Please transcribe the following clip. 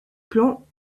plans